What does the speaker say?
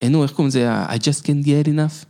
היינו, איך קוראים לזה, I just can't get enough?